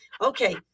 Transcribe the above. Okay